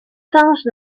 singe